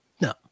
No